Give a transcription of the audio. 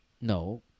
No